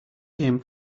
game